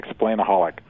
explainaholic